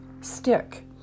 stick